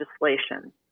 legislation